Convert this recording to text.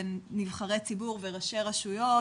נבחרי ציבור וראשי רשויות.